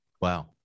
Wow